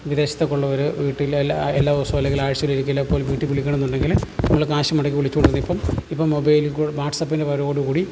വിദേശത്തൊക്കെ ഉള്ളവർ വീട്ടിൽ എല്ലാ എല്ലാ ദിവസവും അല്ലെങ്കിൽ ആഴ്ച്ചയിൽ ഒരിക്കൽ ഇപ്പോൾ വീട്ടിൽ വിളിക്കണം എന്നുണ്ടെങ്കിൽ നമ്മൾ കാശ് മുടക്കി വിളിച്ചുകൊണ്ട് നിന്നത് ഇപ്പം ഇപ്പം മൊബൈലിൽ വാട്സാപ്പിൻ്റെ വരവോടു കൂടി